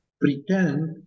pretend